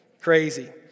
Crazy